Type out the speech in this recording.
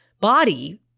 body